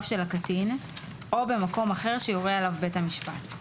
של הקטין או במקום אחר שיורה עליו בית המשפט.